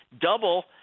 double